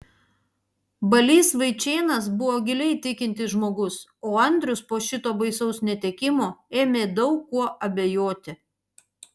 balys vaičėnas buvo giliai tikintis žmogus o andrius po šito baisaus netekimo ėmė daug kuo abejoti